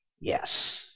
Yes